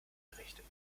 errichtet